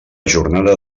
jornada